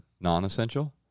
non-essential